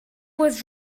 was